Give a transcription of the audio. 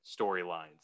storylines